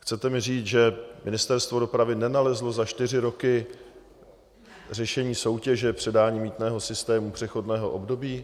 Chcete mi říct, že Ministerstvo dopravy nenalezlo za čtyři roky řešení soutěže předání mýtného systému přechodného období?